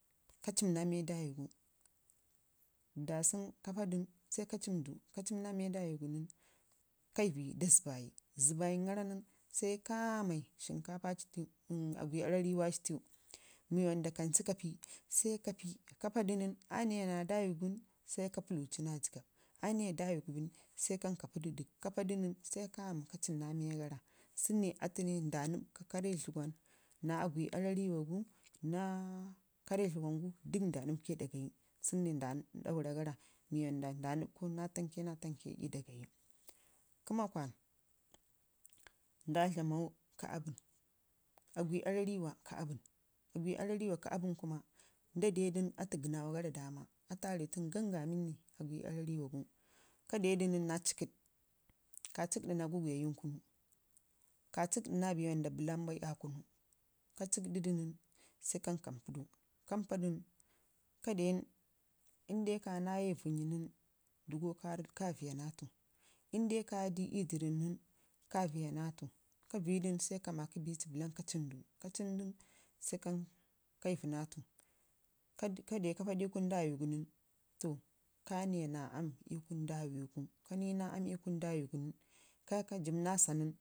ka cim naa miya dawigu da sunu ka pada nən sai ka ciimdu, ka ciim naa miya dawi gu nən sai kaivi da zəbbayi zəbbayən gara nən sai kamai shinkafa ci tunu, agwi arari wa ci tunu mi wanda kancu ka pii ka padi nən aa niya naa dawi ci nən, sai ka pallu ci naa jəggab aniya dawi gu bin jai kan ka piidu dək ka padu dək nən sai kami ka cimna miya gara. Sunu ne atu ne nda nibbka karre dləga wan naa agwi arrariwagu, naa karrə dləgwangu dək nda nibbkai ii da gayi sune nda daura gara mii wanda nda ribbkau naa tamke naa tamke. Kəma kwan nda dlammau kə aabən agwi aarrawiwa kə aabən agwi aarrawiwa kə aabən kuma nda de du nən atu gənaaura gara dama atu aa rii fanu gangamin ne agwi aarrariwagu ka dedu nən naa cikəd ka ciikɗa naa gugwi yayin kunu ka ciik da nda ba wanda bəlam bai aa kunu ka ciik ɗidu nən, kam kampii au, kampadu nən ka dew nən inde kai nau an ii vənnyi nən dugo ka viya naa atu, inde ii vənnyi dugo ka vəya naa atu. Inde kayadu ii dərrəɗ nən to sai ka maki bi ci bəlan ka ciimdu ka cimmdu nən sai kaivi naa atu, ka de ka paa du ii kunu dawigu nən fa ka niya naa aam ii kun dawi gu, ka niyi naa aam ii kundawi gun kai ka jibbna saa nən